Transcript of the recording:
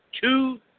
Two